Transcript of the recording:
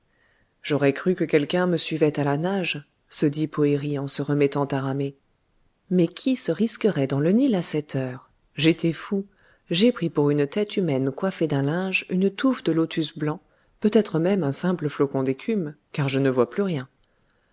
j'aurais cru que quelqu'un me suivait à la nage se dit poëri en se remettant à ramer mais qui se risquerait dans le nil à cette heure j'étais fou j'ai pris pour une tête humaine coiffée d'un linge une touffe de lotus blancs peut-être même un simple flocon d'écume car je ne vois plus rien